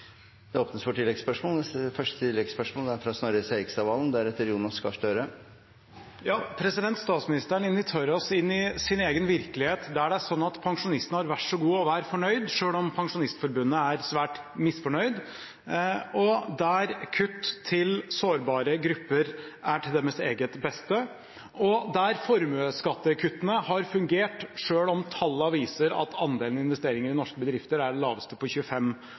Det åpnes for oppfølgingsspørsmål – først Snorre Serigstad Valen. Statsministeren inviterer oss inn i sin egen virkelighet der pensjonistene har vær så god å være fornøyd, selv om Pensjonistforbundet er svært misfornøyd, der kutt til sårbare grupper er til deres eget beste, og der formuesskattekuttene har fungert, selv om tallene viser at andelen investeringer i norske bedrifter er den laveste på 25